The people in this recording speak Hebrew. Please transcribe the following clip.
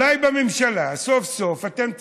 אולי בממשלה סוף-סוף אתם,